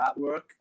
artwork